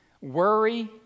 Worry